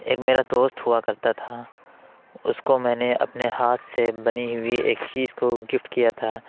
ایک میرا دوست ہوا کرتا تھا اس کو میں نے اپنے ہاتھ سے بنی ہوئی ایک چیز کو گفٹ کیا تھا